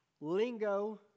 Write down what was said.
lingo